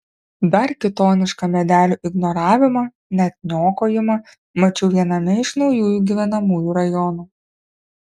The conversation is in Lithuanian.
dar kitonišką medelių ignoravimą net niokojimą mačiau viename iš naujųjų gyvenamųjų rajonų